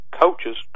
coaches